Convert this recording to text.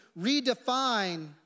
redefine